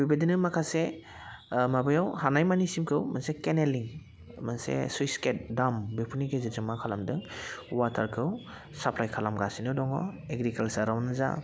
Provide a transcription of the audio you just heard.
बेबायदिनो माखासे माबायाव हानाय मानिसिमखौ मोनसे केनेलनि मोनसे सुइट्स गेट दाम्प बेफोरनि गेजेरजों मा खालामदों वाटारखौ साप्लाइ खालामगासिनो दङ एग्रिकालसारावनो जा